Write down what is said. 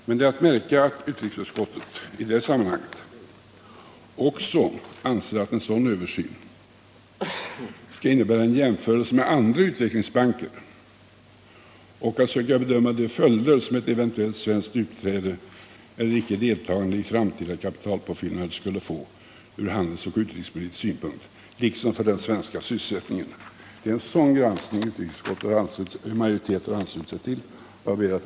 Att märka är emellertid att utrikesutskottet i det sammanhanget också anser att en sådan översyn skall innebära en jämförelse med andra utvecklingsbanker och en bedömning av de följder som ett eventuellt svenskt utträde eller icke deltagande i framtida kapitalpåfyllnader skulle få från handelsoch utrikespolitisk synpunkt liksom för den svenska sysselsättningen. En sådan granskning har utrikesutskottets majoritet anslutit sig till. Herr talman!